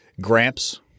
Gramps